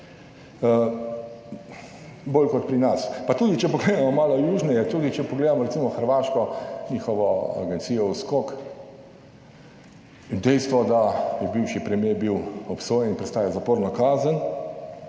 bolj kot pri nas, pa tudi če pogledamo malo južneje, tudi če pogledamo, recimo, Hrvaško, njihovo agencijo Uskok in dejstvo, da je bivši premier bil obsojen in prestaja zaporno kazen